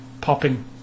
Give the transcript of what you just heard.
popping